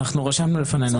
רשמנו לפנינו.